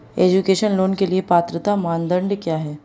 Education loan के लिए पात्रता मानदंड क्या है?